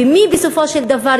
ומי בסופו של דבר